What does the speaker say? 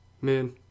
Man